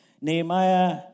Nehemiah